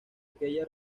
aquella